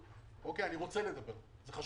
אם אתה רוצה אין דבר העומד בפני הרצון.